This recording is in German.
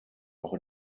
auch